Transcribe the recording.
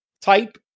type